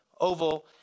oval